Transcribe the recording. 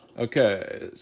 Okay